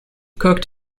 cooked